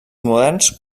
moderns